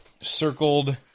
circled